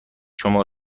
شما